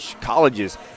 colleges